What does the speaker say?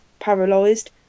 paralysed